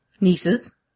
Nieces